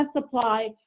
supply